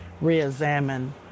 re-examine